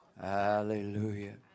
Hallelujah